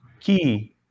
key